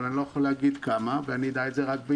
אבל אני לא יכול להגיד כמה, ואני אדע רק בינואר.